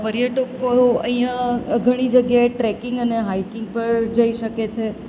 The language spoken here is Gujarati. પર્યટકો અહીંયા ઘણી જગ્યાએ ટ્રેકિંગ અને હાઈકીંગ પર જઈ શકે છે